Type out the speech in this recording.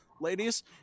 ladies